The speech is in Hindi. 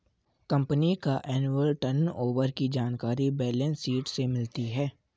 कंपनी का एनुअल टर्नओवर की जानकारी बैलेंस शीट से मिलती है